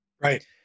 right